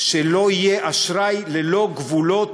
שלא יהיה אשראי ללא גבולות,